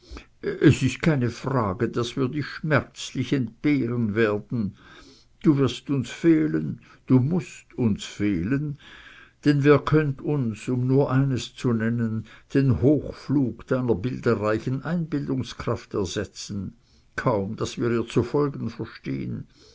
es ist keine frage daß wir dich schmerzlich entbehren werden du wirst uns fehlen du mußt uns fehlen denn wer könnt uns um nur eines zu nennen den hochflug deiner bilderreichen einbildungskraft ersetzen kaum daß wir ihr zu folgen verstehn